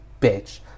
bitch